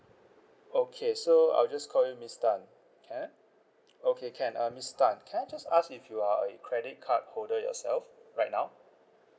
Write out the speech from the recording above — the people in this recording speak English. okay so I'll just call you miss tan can okay can uh miss tan can I just ask if you are a credit card holder yourself right now